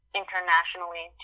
internationally